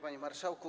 Panie Marszałku!